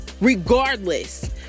Regardless